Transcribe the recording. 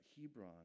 Hebron